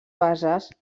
bases